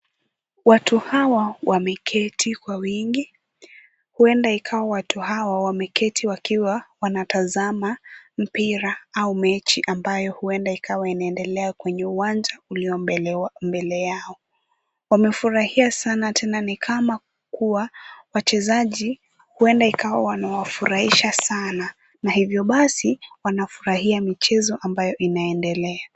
Watu hawa wameketi kwa wingi, huenda ikawa watu hawa wameketi wakiwa wanatazama mpira au mechi ambayo huenda ikawa inaendelea kwenye uwanja ulio mbele yao. Wamefurahia sana tena ni kama kuwa wachezaji huenda ikawa wanawafurahisha sana na hivyo basi wanafurahia michezo ambayo inaendelea.